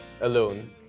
alone